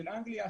של אנגליה,